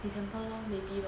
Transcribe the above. december lor maybe lor